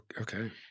okay